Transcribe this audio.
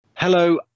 Hello